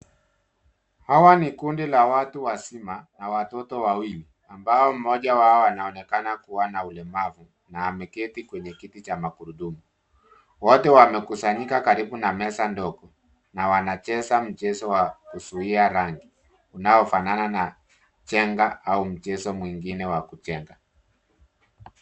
Hawa ni kundi la watu wazima na watoto wawili. Ambao mmoja wao anaonekana kuwa na ulemavu na ameketi kwenye kiti cha magurudumu. Wote wamekusanika karibu na meza ndogo na wanacheza mchezo wa uzuhia rangi. Unaofanana na jenga au mchezo mwingine wa kujenga.